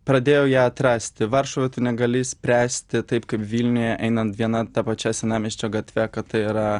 pradėjau ją atrasti varšuvoj tu negali spręsti taip kaip vilniuje einant viena ta pačia senamiesčio gatve kad tai yra